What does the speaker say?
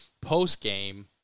post-game